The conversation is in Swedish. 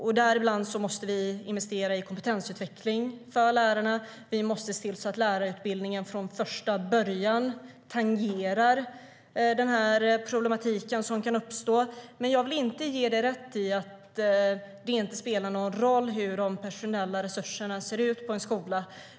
Vi måste bland annat investera i kompetensutveckling för lärarna och se till att lärarutbildningen från första början tangerar den problematik som kan uppstå. Men jag vill inte ge dig rätt i att det inte spelar någon roll hur de personella resurserna på en skola ser ut.